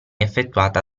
effettuata